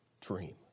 dream